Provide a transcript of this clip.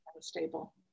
stable